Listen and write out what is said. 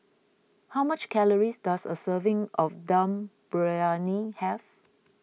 how much calories does a serving of Dum Briyani have